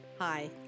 Hi